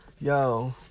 Yo